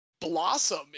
blossom